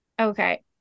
Okay